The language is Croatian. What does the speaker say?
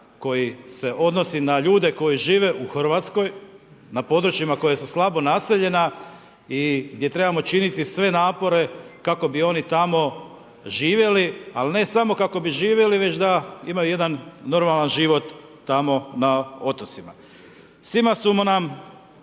koji se odnosi na ljude koji žive u RH na područjima koja su slabo naseljena i gdje trebamo činiti sve napore kako bi oni tamo živjeli, ali ne samo kako bi živjeli već da imaju jedan normalan život tamo na otocima. Svima su nam